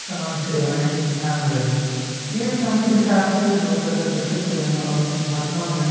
समान सेवाएँ शामिल हैं ये समय के साथ बहुत ज्यादा विकसित हुए हैं और वर्तमान में